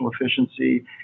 efficiency